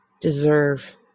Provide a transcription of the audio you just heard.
deserve